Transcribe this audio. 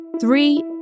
Three